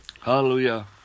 hallelujah